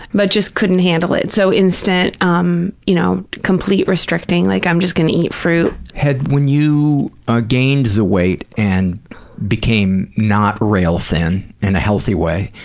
but just couldn't handle it, so instant, um you know, complete restricting, like i'm just going to eat fruit. when you ah gained the weight and became not rail thin, in a healthy way,